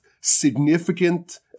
significant